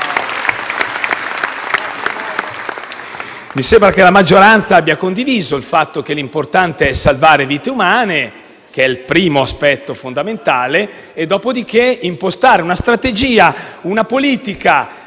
Mi sembra che la maggioranza abbia condiviso il fatto che l'importante è salvare vite umane, che è il primo aspetto fondamentale; dopodiché si tratta di impostare una strategia e una politica